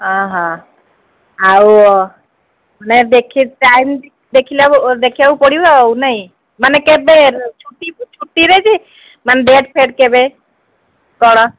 ଅହ ଆଉ ନାଇଁ ଦେଖି ଟାଇମ୍ ଦେଖିଲା ଦେଖିବାକୁ ପଡ଼ିବ ଆଉ ନାଇଁ ମାନେ କେବେ ଛୁଟି ଛୁଟିରେ ଯେ ମାନେ ଡେଟ୍ ଫେଟ୍ କେବେ କ'ଣ